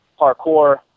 parkour